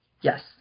Yes